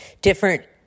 different